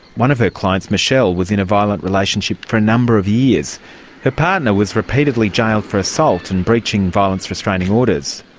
one of her clients, michelle, was in a violent relationship for a number of years. her partner was repeatedly jailed for assault and breaching violence restraining orders.